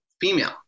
female